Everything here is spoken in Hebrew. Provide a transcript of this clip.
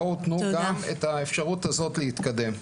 בואו תנו גם את האפשרות הזאת להתקדם.